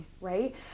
right